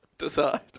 Decide